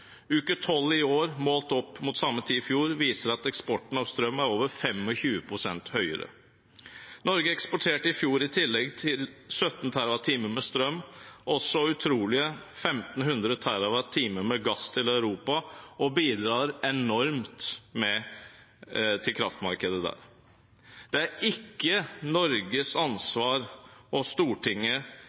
Uke 12 i år målt opp mot samme tid i fjor viser at eksporten av strøm er over 25 pst. høyere. Norge eksporterte i fjor i tillegg til 17 TWh strøm også utrolige 1 500 TWh gass til Europa og bidrar enormt til kraftmarkedet der. Det er ikke Norge og Stortingets ansvar